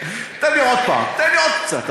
תן לי עוד פעם, תן לי עוד קצת.